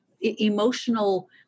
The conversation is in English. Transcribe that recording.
Emotional